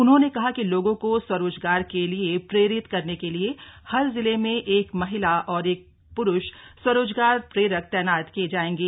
उन्होंने कहा कि लोगों को स्वरोजगार के लिए प्रेरित करने के लिए हर जिले में एक महिला और एक प्रूष स्वरोजगार प्रेरक तैनात किए जाएंगे